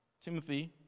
Timothy